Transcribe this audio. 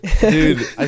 dude